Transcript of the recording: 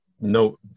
no